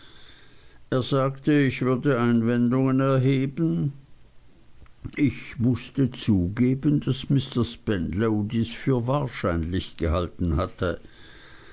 er sagte ich würde einwendungen erheben ich mußte zugeben daß mr spenlow dies für wahrscheinlich gehalten hatte